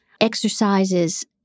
exercises